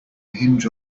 hinge